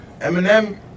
Eminem